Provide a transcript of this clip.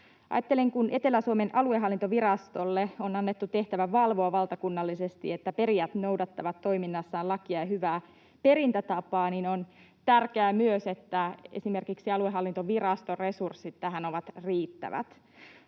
kun Etelä-Suomen aluehallintovirastolle on annettu tehtävä valvoa valtakunnallisesti, että perijät noudattavat toiminnassaan lakia ja hyvää perintätapaa, niin on tärkeää myös, että esimerkiksi aluehallintoviraston resurssit tähän ovat riittävät.